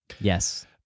Yes